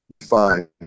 fine